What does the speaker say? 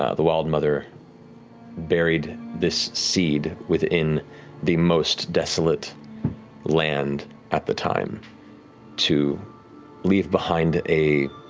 ah the wildmother buried this seed within the most desolate land at the time to leave behind a